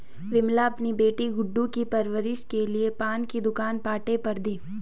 विमला अपनी बेटी गुड्डू की परवरिश के लिए पान की दुकान पट्टे पर दी